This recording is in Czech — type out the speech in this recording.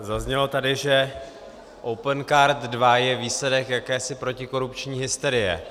Zaznělo tady, že Opencard 2 je výsledek jakési protikorupční hysterie.